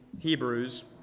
Hebrews